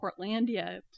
Portlandia